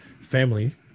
family